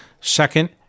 second